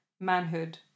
manhood